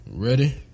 Ready